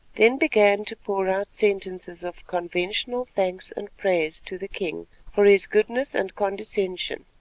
then began to pour out sentences of conventional thanks and praise to the king for his goodness and condescension.